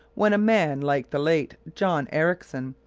when a man like the late john ericsson,